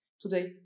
Today